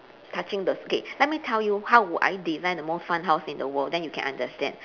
touching the skate let me tell you how would I design the most fun house in the world then you can understand